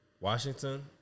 Washington